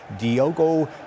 Diogo